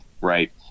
right